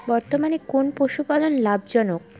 বর্তমানে কোন পশুপালন লাভজনক?